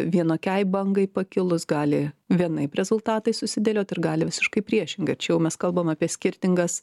vienokiai bangai pakilus gali vienaip rezultatai susidėliot ir gali visiškai priešingai čia jau mes kalbam apie skirtingas